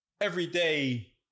everyday